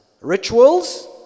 Rituals